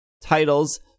titles